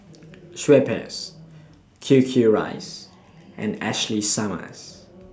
Schweppes Q Q Rice and Ashley Summers